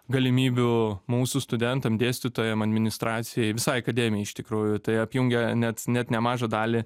galimybių mūsų studentam dėstytojam administracijai visai akademijai iš tikrųjų tai apjungia net net nemažą dalį